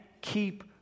keep